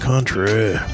country